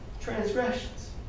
transgressions